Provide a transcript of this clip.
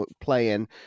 playing